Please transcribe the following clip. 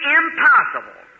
impossible